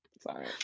sorry